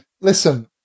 listen